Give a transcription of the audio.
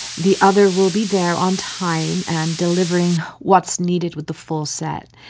the other will be there on time and delivering what's needed with the full set.